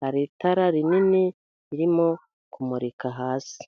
hari itara rinini ririmo kumurika hasi.